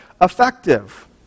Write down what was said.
effective